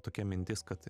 tokia mintis kad